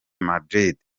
madrid